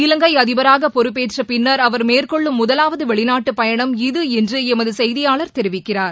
இலங்கைஅதிபராகபொறுப்பேற்றபின்னா் அவர் மேற்கொள்ளும் முதலாவதுவெளிநாட்டுப் பயணம் இது என்றுஎமதுசெய்தியாளர் தெரிவிக்கிறார்